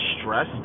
stressed